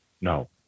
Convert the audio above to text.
no